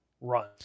run